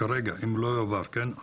כרגע, אם לא יועבר, כן?